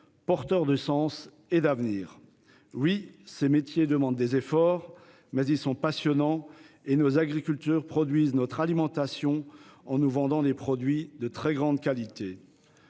porteurs de sens et d'avenir. Oui, ces métiers demandent des efforts, mais ils sont passionnants et nos agriculteurs font notre alimentation, en nous vendant des produits de très grande qualité.